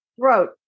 throat